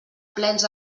plens